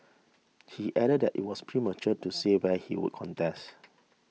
he added that it was premature to say where he would contest